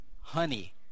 honey